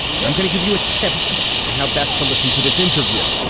and i'm going to give you a tip on how best to listen to this interview.